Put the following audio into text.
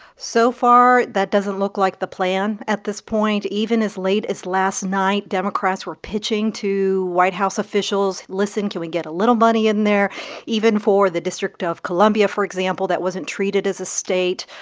so far, that doesn't look like the plan at this point. even as late as last night, democrats were pitching to white house officials, listen can we get a little money in there even for the district of columbia, for example, that wasn't treated as a state,